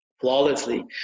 flawlessly